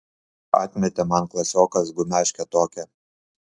atmetė man klasiokas gumeškę tokią